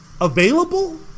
available